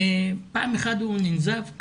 פעם אחת הוא ננזף.